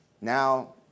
now